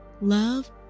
love